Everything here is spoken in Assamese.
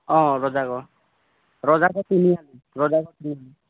অ ৰজাগড় ৰজাগড় তিনিআলি ৰজাগড় তিনিআলি